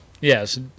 Yes